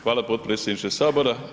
Hvala potpredsjedniče Sabora.